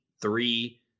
three